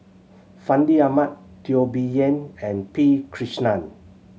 Fandi Ahmad Teo Bee Yen and P Krishnan